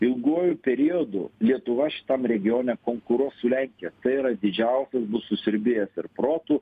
ilguoju periodu lietuva šitam regione konkuruos su lenkija tai yra didžiausias bus susiurbėjas ir protų